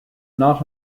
not